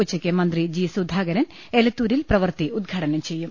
ഉച്ചയ്ക്ക് മന്ത്രി ജി സുധാകരൻ എലത്തൂരിൽ പ്രവൃത്തി ഉദ്ഘാടനം ചെയ്യും